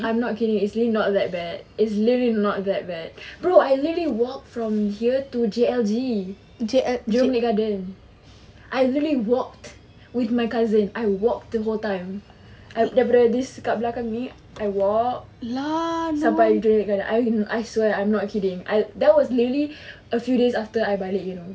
I'm not kidding it's really not that bad it's really not that bad bro I literally walk from here to J_L_G jurong lake garden I really walked with my cousin I walked the whole time daripada this belakang ni I walk sampai jurong lake garden I swear I'm not kidding I that was really a few days after I balik you know